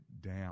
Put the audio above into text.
down